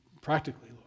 practically